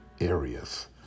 areas